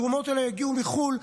התרומות האלה יגיעו מחו"ל.